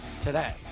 today